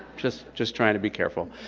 just just trying to be careful.